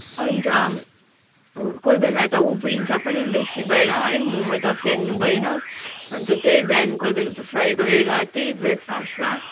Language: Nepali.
अन्त कोही बेला त उब्रिन्छ पनि बेसी भएर है मोमो त फ्याँक्नु भएन अन्त त्यही बिहानको बेला त फ्राई गरेर त्यही ब्रेकफास्टमा